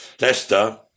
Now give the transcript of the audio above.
Leicester